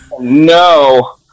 No